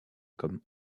comme